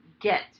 get